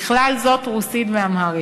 ובכלל זה רוסית ואמהרית.